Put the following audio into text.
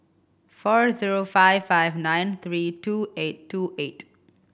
four zero five five nine three two eight two eight